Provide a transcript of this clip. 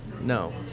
no